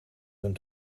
hun